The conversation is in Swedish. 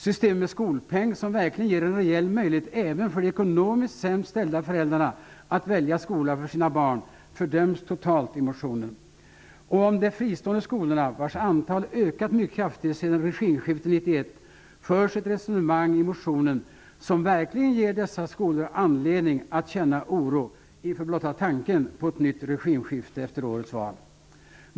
Systemet med skolpeng, som verkligen ger en rejäl möjlighet även för de ekonomisk sämst ställda föräldrarna att välja skola för sina barn, fördöms totalt i motionen. Om de fristående skolorna, vars antal ökat mycket kraftigt sedan regimskiftet 1991, förs ett resonemang i motionen som verkligen ger dessa skolor anledning att känna oro inför blotta tanken på ett nytt regimskifte efter årets val.